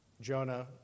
Jonah